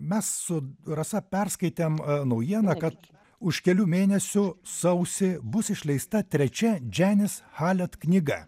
mes su rasa perskaitėm naujieną kad už kelių mėnesių sausį bus išleista trečia džianis halet knyga